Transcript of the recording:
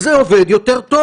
זה עובד יותר טוב.